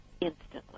instantly